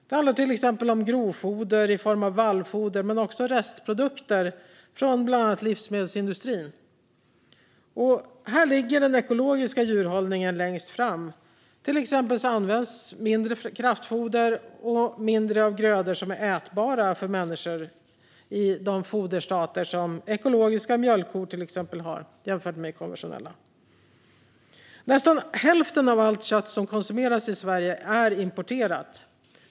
Det handlar till exempel om grovfoder i form av vallfoder men också om olika restprodukter från bland annat livsmedelsindustrin. Här ligger den ekologiska djurhållningen längst fram. Till exempel används mindre kraftfoder och mindre av grödor som är ätbara för människor i foderstater till ekologiska mjölkkor jämfört med konventionella. Nästan hälften av allt kött som konsumeras i Sverige är importerat.